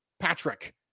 Patrick